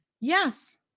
Yes